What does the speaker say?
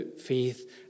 faith